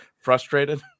frustrated